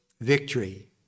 victory